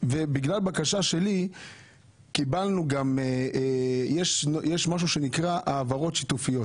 בגלל בקשה שלי קיבלנו גם יש משהו שנקרא העברות שיתופיות.